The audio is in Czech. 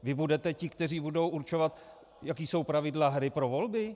Vy budete ti, kteří budou určovat, jaká jsou pravidla hry pro volby?